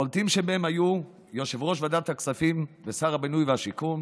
הבולטים שבהם היו יושב-ראש ועדת הכספים ושר הבינוי והשיכון,